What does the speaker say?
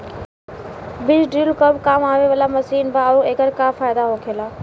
बीज ड्रील कब काम आवे वाला मशीन बा आऊर एकर का फायदा होखेला?